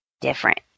Different